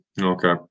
okay